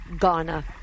Ghana